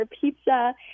pizza